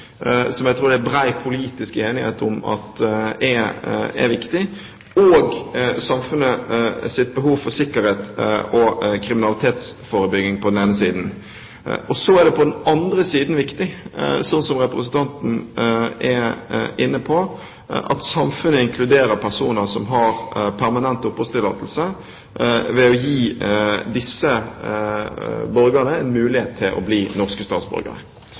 som jeg tror det er bred politisk enighet om at er viktig, og samfunnets behov for sikkerhet og kriminalitetsforebygging. På den andre siden er det viktig, som representanten er inne på, at samfunnet inkluderer personer som har permanent oppholdstillatelse, ved å gi disse borgerne en mulighet til å bli norske statsborgere.